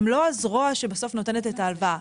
הן לא הזרוע שבסוף נותנת את ההלוואה.